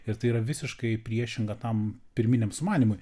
ir tai yra visiškai priešinga tam pirminiam sumanymui